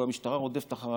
והמשטרה רודפת אחריי,